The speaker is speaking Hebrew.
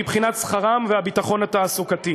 מבחינת שכרם והביטחון התעסוקתי.